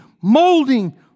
molding